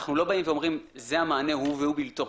אנחנו לא באים ואומרים - זה המענה והוא בלתו.